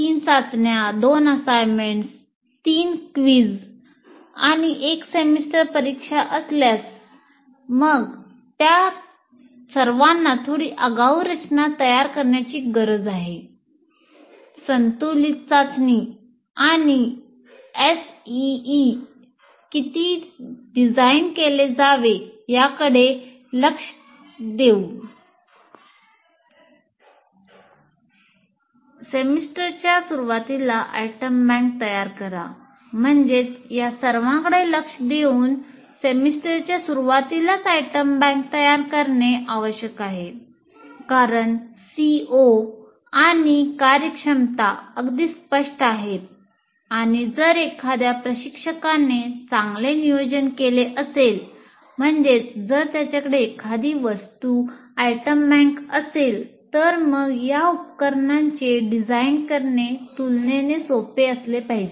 3 चाचण्या 2 assignments 3 quiz आणि 1 semester परीक्षा असल्यास मग त्या सर्वांना थोडी आगाऊ रचना तयार करण्याची गरज आहे संतुलित चाचणी आणि SEE किती डिझाइन केले जावे याकडे लक्ष देऊन सेमेस्टरच्या सुरूवातीलाच आयटम बँक तर मग या उपकरणांचे डिझाइन करणे तुलनेने सोपे असले पाहिजे